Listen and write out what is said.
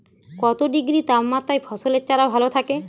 কত ডিগ্রি তাপমাত্রায় ফসলের চারা ভালো থাকে?